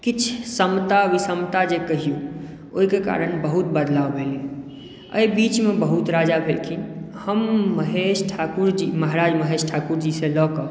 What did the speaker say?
किछु समता विषमता जे कहियो ओहिके कारण बहुत बदलाब भेलै एहि बीचमे बहुत राजा भेलखिन हम महेश ठाकुर महाराज महेश ठाकुरजी सँ लऽ क